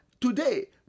today